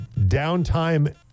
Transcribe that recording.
downtime